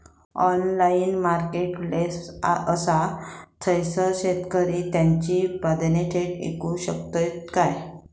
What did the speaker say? Online marketplace असा थयसर शेतकरी त्यांची उत्पादने थेट इकू शकतत काय?